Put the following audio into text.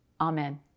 Amen